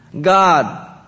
God